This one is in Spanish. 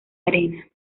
arena